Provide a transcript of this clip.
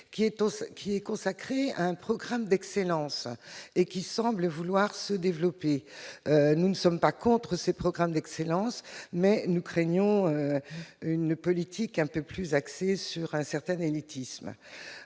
est consacré à un programme d'excellence qui semble se développer. Nous ne sommes pas contre ces programmes d'excellence, mais nous craignons une politique trop axée sur un certain élitisme.